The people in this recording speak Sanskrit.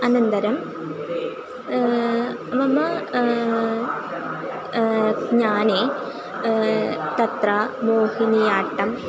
अनन्तरं मम ज्ञाने तत्र मोहिनी आट्टम्